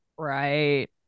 Right